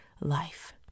life